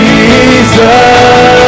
Jesus